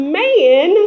man